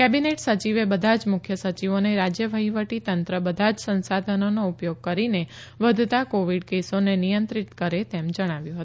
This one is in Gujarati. કેબિનેટ સચિવે બધા જ મુખ્ય સચિવોને રાજ્ય વહીવટીતંત્ર બધા જ સંસાધનોનો ઉપયોગ કરીને વધતા કોવિડ કેસોને નિયંત્રિત કરે તેમ જણાવ્યું હતું